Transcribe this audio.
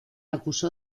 acusó